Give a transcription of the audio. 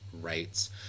rights